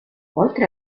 oltre